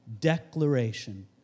declaration